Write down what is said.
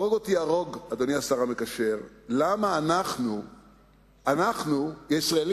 הרוג אותי הרוג, אדוני השר המקשר, אני לא מבין